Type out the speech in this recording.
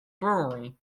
brewery